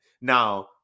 Now